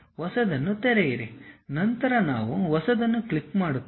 ಹೊಸದನ್ನು ತೆರೆಯಿರಿ ನಂತರ ನಾವು ಹೊಸದನ್ನು ಕ್ಲಿಕ್ ಮಾಡುತ್ತೇವೆ